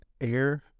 air